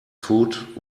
food